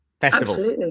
festivals